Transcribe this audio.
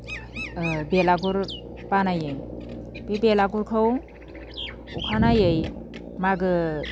ओ बेलागुर बानायो बे बेलागुरखौ अखानायै मागो